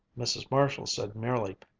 mrs. marshall said merely,